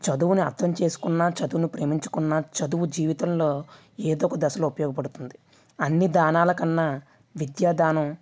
చదువుని అర్థం చేసుకున్న చదువును ప్రేమించుకున్న చదువు జీవితంలో ఏదో ఒక దశలో ఉపయోగపడుతుంది అన్ని దానాల కన్నా విద్యా దానం